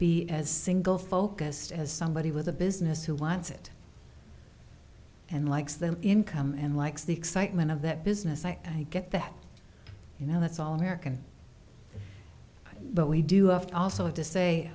be as single focused as somebody with a business who wants it and likes the income and likes the excitement of that business i get that you know that's all american but we do have to also have to say